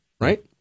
Right